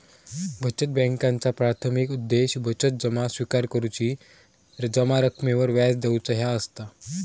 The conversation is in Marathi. बचत बॅन्कांचा प्राथमिक उद्देश बचत जमा स्विकार करुची, जमा रकमेवर व्याज देऊचा ह्या असता